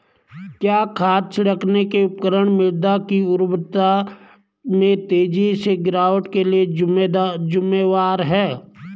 क्या खाद छिड़कने के उपकरण मृदा की उर्वरता में तेजी से गिरावट के लिए जिम्मेवार हैं?